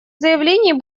заявлений